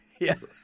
Yes